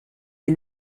des